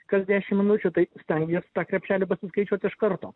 kas dešim minučių tai stengies tą krepšelį pasiskaičiuot iš karto